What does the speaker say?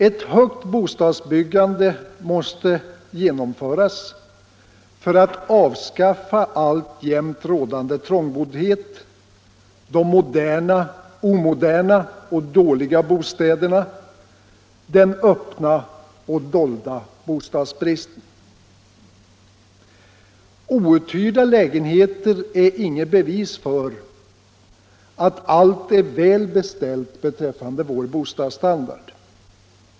Ett omfattande bostadsbyggande måste genomföras för att avskaffa alltjämt rådande trångboddhet, de omoderna och dåliga bostäderna, den öppna och dolda bostadsbristen. Outhyrda lägenheter är inget bevis för att allt är väl beställt beträffande vår bostadsstandard.